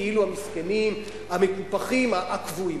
המקופחים הקבועים.